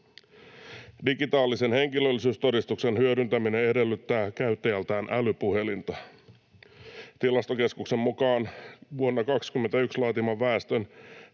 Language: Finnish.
Digitaalisen henkilöllisyystodistuksen hyödyntäminen edellyttää käyttäjältään älypuhelinta. Tilastokeskuksen vuonna 21 laatiman Väestön